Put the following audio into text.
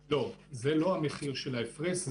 לא, זה לא המחיר של ההפרש.